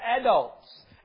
adults